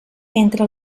entre